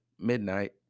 midnight